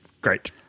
Great